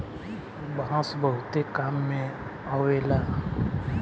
बांस बहुते काम में अवेला